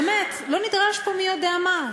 באמת, לא נדרש פה מי יודע מה.